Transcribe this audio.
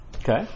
Okay